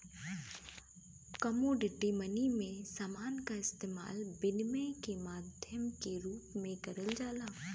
commodity money में समान क इस्तेमाल विनिमय के माध्यम के रूप में करल जाला